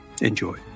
Enjoy